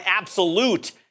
absolute